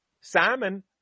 Simon